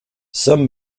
some